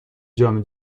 جام